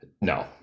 no